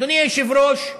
אדוני היושב-ראש,